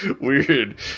weird